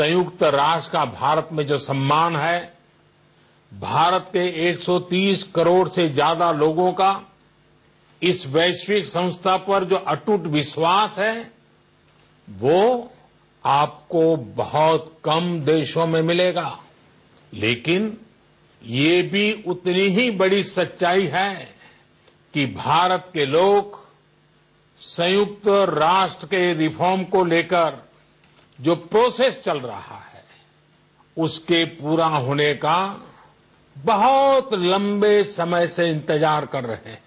संयुक्त राष्ट्र का भारत में जो सम्मान है भारत के एक सौ तीस करोड़ से ज्यादा लोगों का इस वैश्विक संस्था पर जो अट्ट विश्वास है वह आपको बहत देशों में मिलेगा लेकिन यह भी उतनी ही बड़ी सच्चाई है कि भोरंत के लोग संयुक्त राष्ट्र के रिफार्म को लेकर जो प्रोसेस चल रहा है उसके पूरा होने का बहुत लम्बे समय से इन्तजार कर रहे हैं